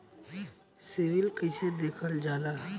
CIBIL कैसे देखल जाला?